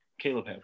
Caleb